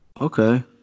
Okay